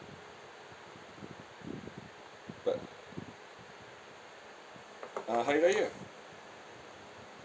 but uh hari raya